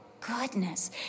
goodness